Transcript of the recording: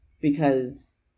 because-